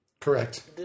Correct